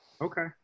Okay